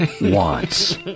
wants